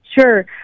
Sure